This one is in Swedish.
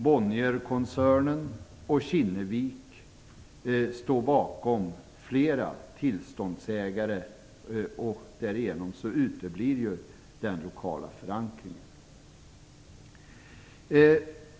Bonnierkoncernen och Kinnevik står bakom flera tillståndsägare, och därigenom uteblir den lokala förankringen.